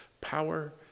Power